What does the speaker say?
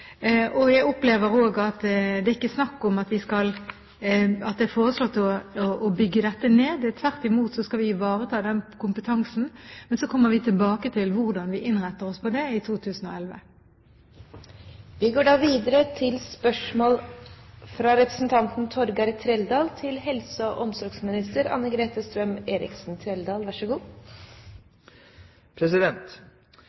Jeg opplever ikke at det er snakk om at det er foreslått å bygge dette ned. Tvert imot skal vi ivareta den kompetansen. Men så kommer vi tilbake til hvordan vi innretter oss når det gjelder det, i 2011. «Helse Nord har i sitt siste styremøte vedtatt at de vil innføre de nye foreslåtte kvalitetskrav fra Helsedirektoratet. Dette vil føre til